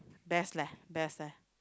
best leh best leh